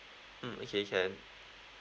mm okay can